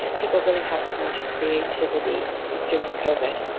people really have turned to creativity during covid.